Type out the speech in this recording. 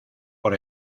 por